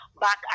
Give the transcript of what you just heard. back